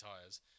tires